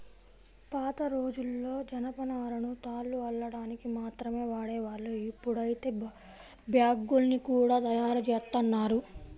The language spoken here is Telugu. పాతరోజుల్లో జనపనారను తాళ్లు అల్లడానికి మాత్రమే వాడేవాళ్ళు, ఇప్పుడైతే బ్యాగ్గుల్ని గూడా తయ్యారుజేత్తన్నారు